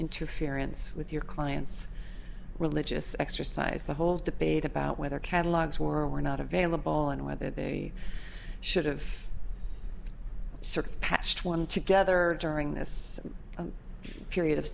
interference with your client's religious exercise the whole debate about whether catalogs were or were not available on whether they should have certain patched one together during this period of